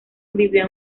vivió